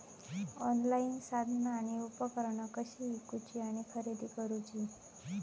Online साधना आणि उपकरणा कशी ईकूची आणि खरेदी करुची?